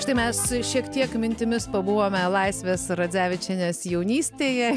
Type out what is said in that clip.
štai mes šiek tiek mintimis pabuvome laisvės radzevičienės jaunystėje